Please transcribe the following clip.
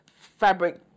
fabric